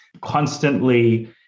constantly